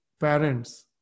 parents